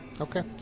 Okay